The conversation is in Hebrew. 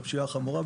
בפשיעה החמורה,